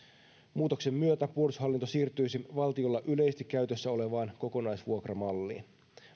muutoksen myötä puolustushallinto siirtyisi valtiolla yleisesti käytössä olevaan kokonaisvuokramalliin